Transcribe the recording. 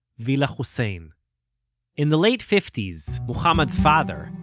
villa hussein in the late fifties, mohammad's father,